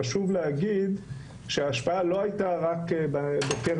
חשוב להגיד שההשפעה לא הייתה רק בקרב